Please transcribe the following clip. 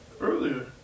earlier